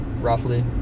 roughly